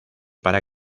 para